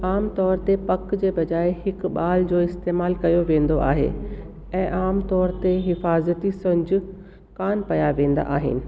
आमतौर ते पक जे बजाइ हिकु ॿाल जो इस्तेमालु कयो वेंदो आहे ऐं आमतौर ते हिफ़ाज़ती संज कान पाया वेंदा आहिनि